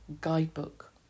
guidebook